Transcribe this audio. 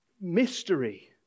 mystery